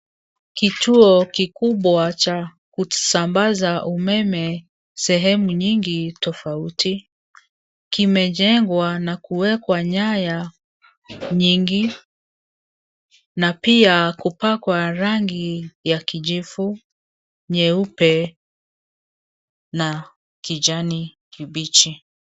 Kituo kikubwa cha kusambaza umeme sehemu nyingi tofauti. Kimejengwa na kuwekwa nyaya nyingi na pia kupakwa rangi ya kijivu, nyeupe na kijani kibichi.